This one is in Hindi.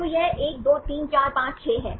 तो यह123456 है